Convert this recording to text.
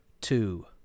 two